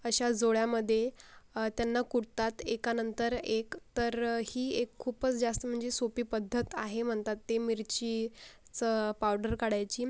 अशा जोड्यामध्ये त्यांना कुटतात एकानंतर एक तर ही एक खूपच जास्त म्हणजे सोपी पद्धत आहे म्हणतात ते मिरचीचं पावडर काढायची